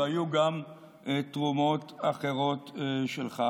והיו גם תרומות אחרות שלך.